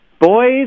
Boys